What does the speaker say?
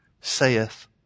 saith